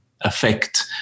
affect